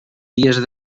dies